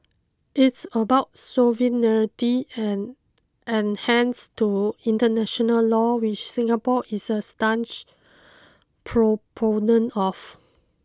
it's about sovereignty and enhance to international law which Singapore is a staunch proponent of